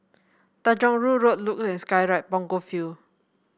Tanjong Rhu Road Luge and Skyride Punggol Field